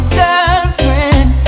girlfriend